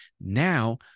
now